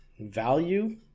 value